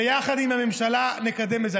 ויחד עם הממשלה נקדם את זה.